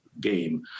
game